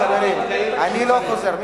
אני לא חוזר בי.